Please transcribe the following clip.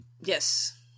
Yes